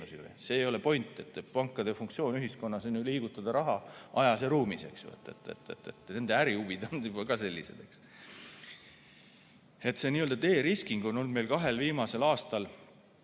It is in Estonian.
See ei ole point. Pankade funktsioon ühiskonnas on liigutada raha ajas ja ruumis. Nende ärihuvid on juba ka sellised. See n‑öde‑riskingon olnud meil kahel viimasel aastal